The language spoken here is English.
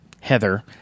Heather